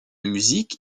musique